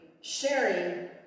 sharing